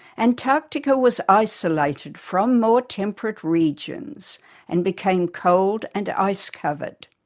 antarctica was isolated from more temperate regions and became cold and ice-covered.